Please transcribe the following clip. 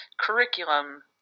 curriculum